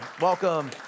Welcome